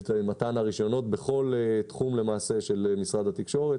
מתן הרישיונות בכל תחום של משרד התקשורת.